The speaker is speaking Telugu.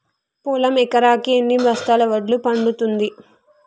పొలం ఎకరాకి ఎన్ని బస్తాల వడ్లు పండుతుంది?